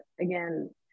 again